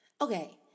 Okay